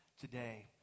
today